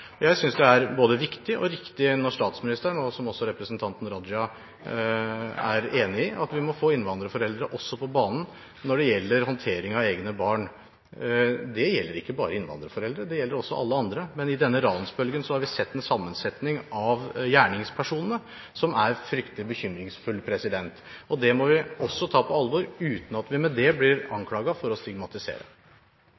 Jeg synes det er både viktig og riktig når statsministeren sier – som også representanten Raja er enig i – at vi også må få innvandrerforeldre på banen når det gjelder håndtering av egne barn. Det gjelder ikke bare innvandrerforeldre, det gjelder også alle andre, men i denne ransbølgen har vi sett en sammensetning av gjerningspersonene som er fryktelig bekymringsfull. Det må vi også ta på alvor uten at vi med det blir